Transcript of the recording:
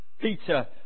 Peter